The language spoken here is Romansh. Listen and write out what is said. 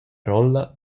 rolla